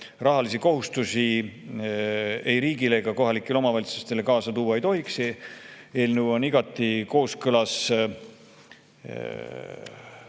rahalisi kohustusi ei riigile ega kohalikele omavalitsustele kaasa tuua ei tohiks. Eelnõu on igati kooskõlas